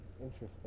Interesting